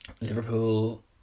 Liverpool